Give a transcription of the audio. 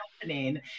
happening